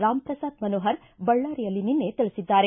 ರಾಮ್ ಪ್ರಸಾತ್ ಮನೋಹರ್ ಬಳ್ಳಾರಿಯಲ್ಲಿ ನಿನ್ನೆ ತಿಳಿಸಿದ್ದಾರೆ